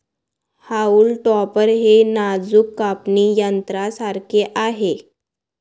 haulm topper हे नाजूक कापणी यंत्रासारखे आहे